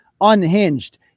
unhinged